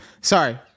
sorry